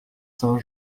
saint